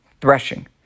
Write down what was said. threshing